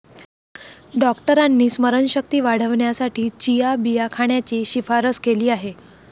डॉक्टरांनी स्मरणशक्ती वाढवण्यासाठी चिया बिया खाण्याची शिफारस केली आहे